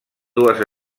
dues